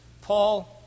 Paul